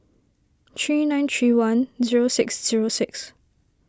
three nine three one zero six zero six